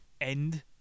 end